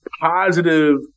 positive